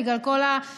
בגלל כל ההסכמים,